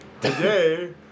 today